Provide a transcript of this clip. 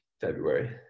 February